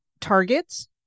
targets